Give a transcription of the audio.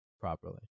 properly